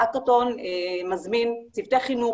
ההקאתון מזמין צוותי חינוך,